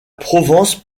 provence